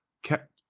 kept